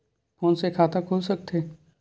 Phone से खाता खुल सकथे?